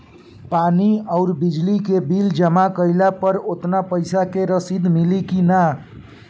पानी आउरबिजली के बिल जमा कईला पर उतना पईसा के रसिद मिली की न?